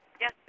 Yes